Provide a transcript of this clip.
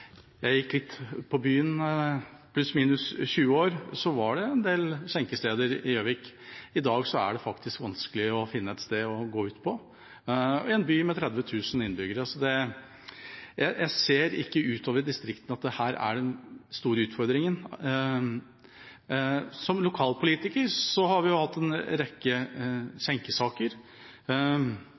jeg gikk på byen for ca. 20 år siden, var det en del skjenkesteder i Gjøvik. I dag er det faktisk vanskelig å finne et sted å gå ut på, i en by med 30 000 innbyggere. Jeg ser ikke at dette er den store utfordringen ute i distriktene. Som lokalpolitikere har vi hatt en rekke skjenkesaker.